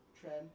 trend